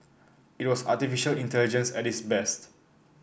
it was artificial intelligence at its best